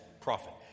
prophet